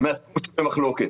מהסכום שבמחלוקת.